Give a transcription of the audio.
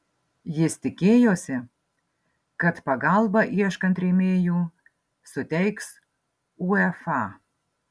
jis tikėjosi kad pagalbą ieškant rėmėjų suteiks uefa